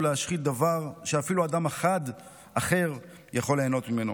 להשחית דבר שאפילו אדם אחד אחר יכול ליהנות ממנו.